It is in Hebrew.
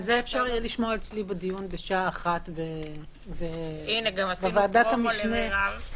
זה אפשר לשמוע אצלי בדיון בשעה 13:00 -- אז גם עשינו פרומו למרב.